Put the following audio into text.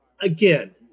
Again